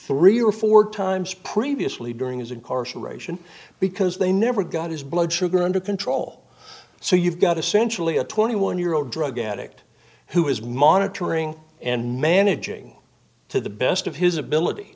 three or four times previously during his incarceration because they never got his blood sugar under control so you've got a sensually a twenty one year old drug addict who is monitoring and managing to the best of his ability